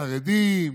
חרדים,